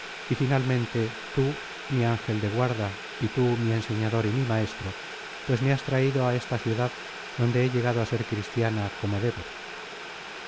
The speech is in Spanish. y finalmente tú mi angel de guarda y tú mi enseñador y mi maestro pues me has traido á esta ciudad donde he llegado a ser cristiana como debo